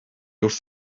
wrth